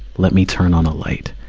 let me turn on a light.